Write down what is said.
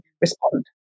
respond